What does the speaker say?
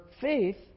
faith